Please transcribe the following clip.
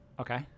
Okay